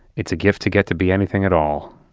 it's a gift to get to be anything at all